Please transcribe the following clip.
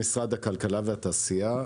במשרד הכלכלה והתעשייה,